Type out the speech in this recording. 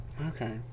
Okay